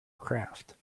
craft